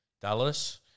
Dallas